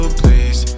please